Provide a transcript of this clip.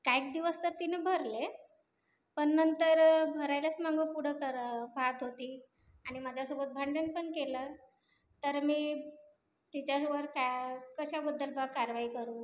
काही दिवस तर तिनं भरले पण नंतर भरायलाच मागंपुढं करा पाहत होती आणि माझ्यासोबत भांडण पण केलं तर मी तिच्यावर कॅ कशाबद्दल बुवा कारवाई करू